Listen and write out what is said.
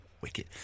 wicked